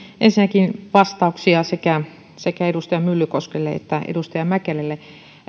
ensinnäkin vastauksia sekä sekä edustaja myllykoskelle että edustaja mäkelälle